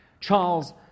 Charles